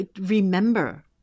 remember